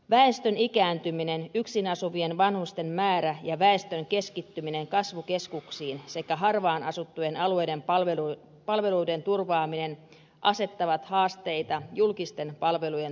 väestön ikääntyminen yksin asuvien vanhusten määrä ja väestön keskittyminen kasvukeskuksiin sekä harvaanasuttujen alueiden palveluiden turvaaminen asettavat haasteita julkisten palvelujen tuotannolle